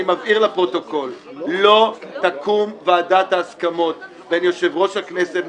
אני מבהיר לפרוטוקול: לא תקום ועדת ההסכמות בין יושב-ראש הכנסת,